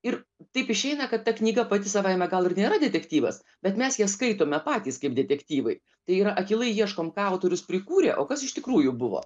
ir taip išeina kad ta knyga pati savaime gal ir nėra detektyvas bet mes ją skaitome patys kaip detektyvai tai yra akylai ieškom ką autorius prikūrė o kas iš tikrųjų buvo